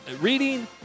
reading